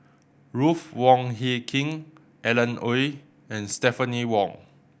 Ruth Wong Hie King Alan Oei and Stephanie Wong